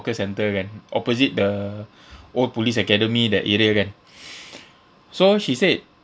because I'm tour guide opposite the old police academy that area there so she said